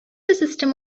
system